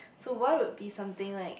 so why would be something like